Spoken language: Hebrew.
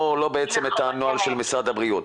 לא את הנוהל של משרד הבריאות.